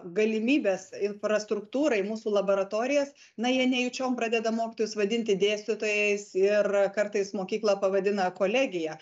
galimybes infrastruktūrą ir mūsų laboratorijas na jie nejučiom pradeda mokytojus vadinti dėstytojais ir kartais mokyklą pavadina kolegija